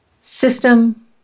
System